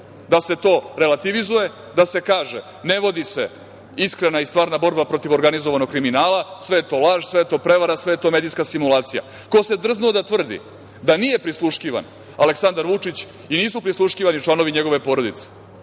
da se to relativizuje, da se kaže – ne vodi se iskrena i stvarna borba protiv organizovanog kriminala, sve je to laž, sve je to prevara, sve je to medijska simulacija. Ko se drznuo da tvrdi da nije prisluškivan Aleksandar Vučić i nisu prisluškivani članovi njegove porodice?